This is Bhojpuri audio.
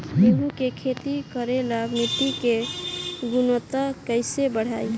गेहूं के खेती करेला मिट्टी के गुणवत्ता कैसे बढ़ाई?